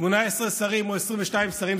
18 שרים או 22 שרים,